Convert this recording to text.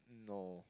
no